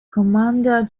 commander